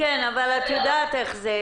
אבל את יודעת איך זה